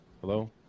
hello